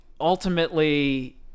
ultimately